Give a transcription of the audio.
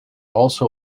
also